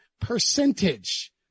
percentage